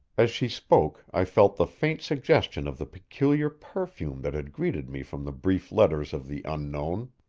as she spoke, i felt the faint suggestion of the peculiar perfume that had greeted me from the brief letters of the unknown.